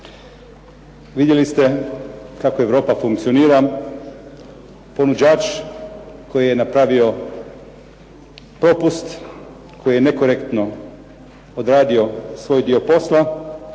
Vidjeli ste kako Europa funkcionira. Ponuđač koji je napravi popust koji je nekorektno odradio svoj dio posla,